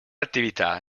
attività